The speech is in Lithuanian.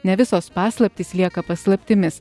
ne visos paslaptys lieka paslaptimis